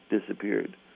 disappeared